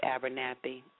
Abernathy